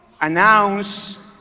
announce